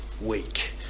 week